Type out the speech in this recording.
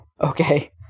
Okay